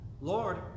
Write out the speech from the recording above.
Lord